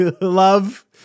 Love